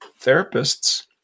therapists